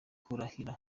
kurahira